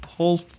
whole